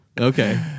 Okay